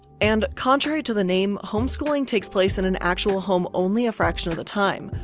and contrary to the name, homeschooling takes place in an actual home. only a fraction of the time.